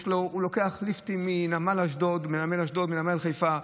הוא לוקח ליפטים מנמל אשדוד ומנמל חיפה,